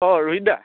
অঁ ৰোহিতদা